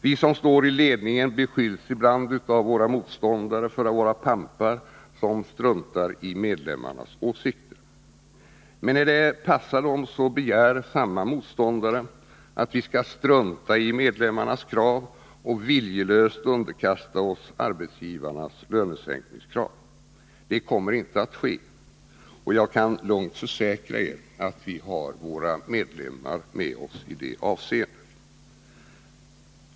Vi som står i ledningen beskylls ibland av våra motståndare för att vara pampar som struntar i medlemmarnas åsikter. Men när det passar dem begär samma motståndare att vi skall strunta i medlemmarnas krav och viljelöst underkasta oss arbetsgivarnas lönesänkningskrav. Det kommer inte att ske, och jag kan lugnt försäkra er att vi har våra medlemmar med oss i det avseendet.